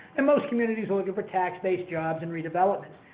and most communities are looking for tax-based jobs and redevelopment.